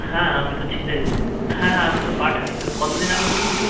হ্যাঁ আমি তো ছেলে হ্যাঁ হ্যাঁ আমি তো পাঠাই তবে কতদিন আগে বলুন তো